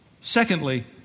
Secondly